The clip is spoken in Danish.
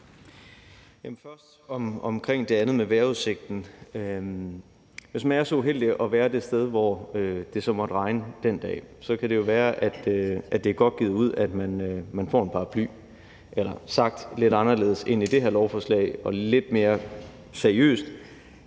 sige om det andet med vejrudsigten, at det, hvis man er så uheldig at være det sted, hvor det så måtte regne den dag, jo kan være, at det er godt givet ud, at man får en paraply, eller sagt lidt anderledes i forbindelse med det her lovforslag og lidt mere seriøst: